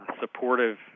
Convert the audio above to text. supportive